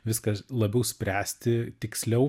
viską labiau spręsti tiksliau